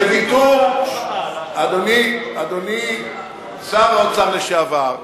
אדוני שר האוצר לשעבר,